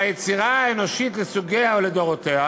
ביצירה האנושית לסוגיה ולדורותיה